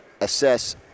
assess